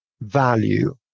value